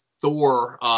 Thor